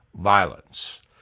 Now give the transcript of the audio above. violence